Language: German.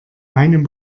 meinem